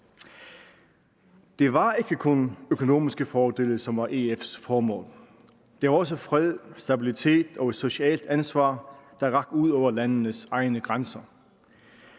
Det var ikke kun økonomiske fordele, som var EF's formål. Det var også fred, stabilitet og socialt ansvar, der rakte ud over landenes egne grænser.